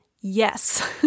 yes